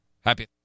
Happy